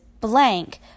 blank